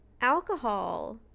alcohol